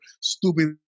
stupid